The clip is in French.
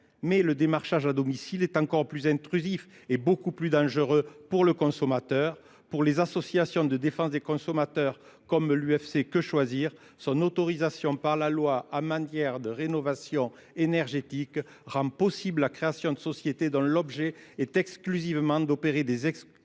Mais le démarchage à domicile est encore plus intrusif et beaucoup plus dangereux pour le consommateur. Pour les associations de défense des consommateurs comme l'UFC que choisir, son autorisation par la loi à manière de rénovation énergétique rend possible la création de sociétés dont l'objet est exclusivement d'opérer des escroqueries